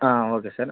ಹಾಂ okay sir